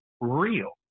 real